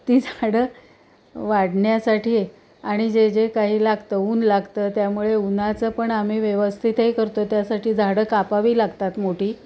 ती झाडं वाढण्यासाठी आणि जे जे काही लागतं ऊन लागतं त्यामुळे उन्हाचं पण आम्ही व्यवस्थित हे करतो त्यासाठी झाडं कापावी लागतात मोठी